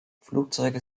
flugzeuge